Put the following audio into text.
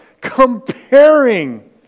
comparing